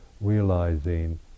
realizing